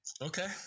Okay